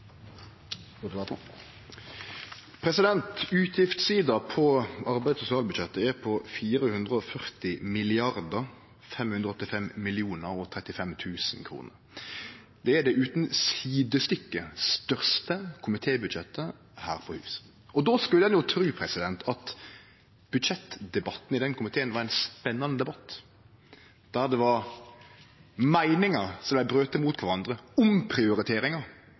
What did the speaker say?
på 440 585 035 000 kr. Det er utan sidestykke det største komitébudsjettet her på huset. Då skulle ein tru at budsjettdebatten i den komiteen var ein spennande debatt der det var meiningar som vart brote mot